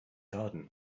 garden